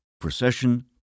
procession